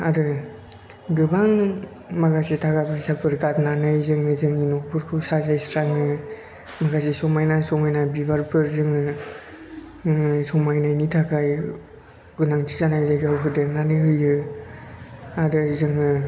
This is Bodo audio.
आरो गोबां माखासे थाखा फैसाफोर गारनानै जोङो जोंनि नफोरखौ साजायस्राङो जायजों समायना समायना बिबारफोर जोङो समायनायनि थाखाय गोनांथि जानाय जायगायाव होदेरनानै होयो आरो जोङो